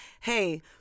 hey